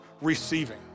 receiving